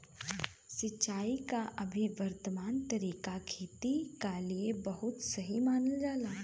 सिंचाई क अभी वर्तमान तरीका खेती क लिए बहुत सही मानल जाला